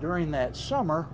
during that summer